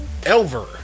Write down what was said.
Elver